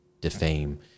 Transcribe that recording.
defame